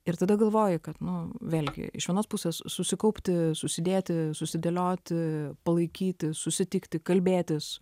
ir tada galvoji kad nu vėlgi iš vienos pusės susikaupti susidėti susidėlioti palaikyti susitikti kalbėtis